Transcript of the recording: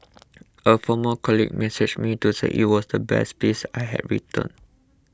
a former colleague messaged me to say it was the best piece I had written